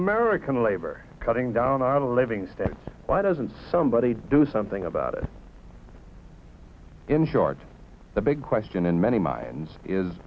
american labor cutting down out of the living state why doesn't somebody do something about it in short the big question in many minds is